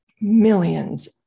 millions